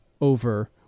over